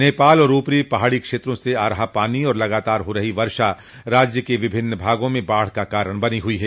नेपाल और ऊपरी पहाड़ी क्षेत्रों से आ रहा पानी और लगातार हो रही वर्षा राज्य के विभिन्न भागों में बाढ़ का कारण बनी हुई है